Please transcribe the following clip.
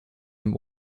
dem